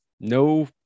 no